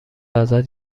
ازت